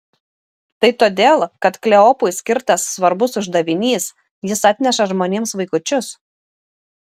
tai todėl kad kleopui skirtas svarbus uždavinys jis atneša žmonėms vaikučius